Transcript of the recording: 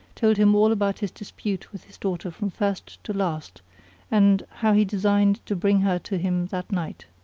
told him all about his dispute with his daughter from first to last and how he designed to bring her to him that night.